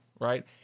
right